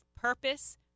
purpose